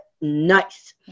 nice